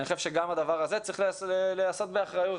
אני חושב שגם הדבר הזה צריך להיעשות באחריות,